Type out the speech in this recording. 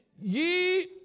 Ye